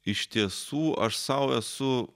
iš tiesų aš sau esu